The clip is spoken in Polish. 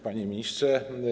Panie Ministrze!